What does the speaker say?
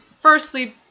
firstly